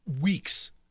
weeks